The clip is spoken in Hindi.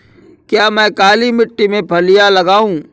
क्या मैं काली मिट्टी में फलियां लगाऊँ?